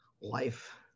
life